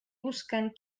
buscant